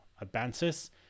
advances